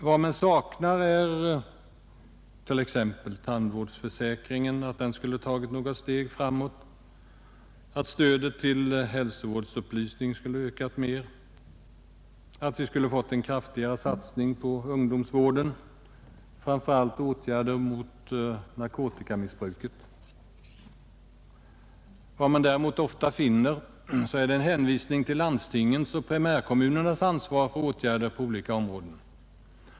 Vad man saknar är uppgifter om att tandvårdsförsäkringen skulle ha tagit något steg framåt, att stödet till hälsovårdsupplysning skulle ha ökat mer, att vi skulle ha fått en kraftigare satsning på ungdomsvården, framför allt på åtgärder mot narkotikamissbruket. Vad man däremot ofta finner är en hänvisning till landstingens och primärkommunernas ansvar för åtgärder på olika områden.